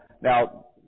now